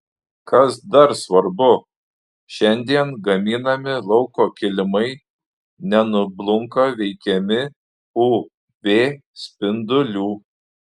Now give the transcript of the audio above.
kas dar svarbu šiandien gaminami lauko kilimai nenublunka veikiami uv spindulių